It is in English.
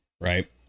right